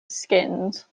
skins